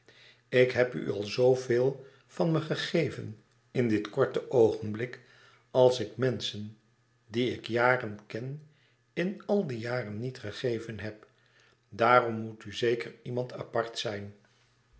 ik heb u al zoo veel van me gegeven in dit korte oogenblik als ik menlouis couperus extaze een boek van geluk schen die ik jaren ken in al die jaren niet gegeven heb daarom moet u zeker iemand apart zijn